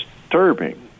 disturbing